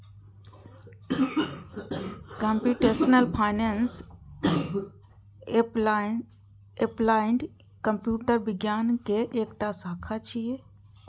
computational finance applied computer विज्ञान के एकटा शाखा छियै